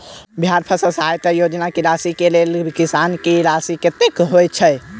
बिहार फसल सहायता योजना की राशि केँ लेल किसान की राशि कतेक होए छै?